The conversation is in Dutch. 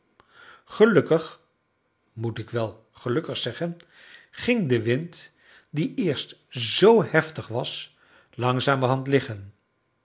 blootgesteld gelukkig moet ik wel gelukkig zeggen ging de wind die eerst zoo heftig was langzamerhand liggen